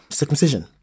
circumcision